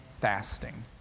fasting